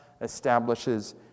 establishes